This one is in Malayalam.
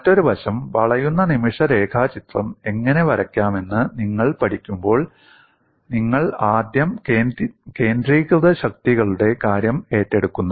മറ്റൊരു വശം വളയുന്ന നിമിഷ രേഖാചിത്രം എങ്ങനെ വരയ്ക്കാമെന്ന് നിങ്ങൾ പഠിക്കുമ്പോൾ നിങ്ങൾ ആദ്യം കേന്ദ്രീകൃത ശക്തികളുടെ കാര്യം ഏറ്റെടുക്കുന്നു